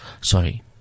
sorry